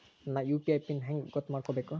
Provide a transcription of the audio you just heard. ನನ್ನ UPI PIN ಹೆಂಗ್ ಗೊತ್ತ ಮಾಡ್ಕೋಬೇಕು?